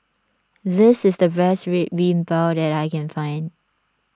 this is the best Red Bean Bao that I can find